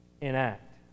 enact